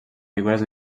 figures